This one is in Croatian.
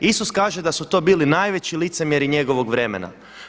Isus kaže da su to bili najveći licemjeri njegovo vremena.